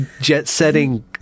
jet-setting